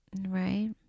right